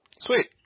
Sweet